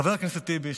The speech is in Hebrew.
חבר הכנסת טיבי,